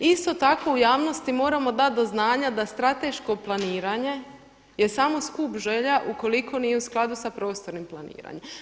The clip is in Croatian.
Isto tako u javnosti moramo dati do znanja da st5teško planiranje je samo skup želja ukoliko nije u skladu sa prostornim planiranjem.